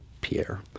Pierre